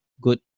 good